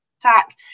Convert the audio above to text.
attack